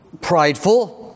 prideful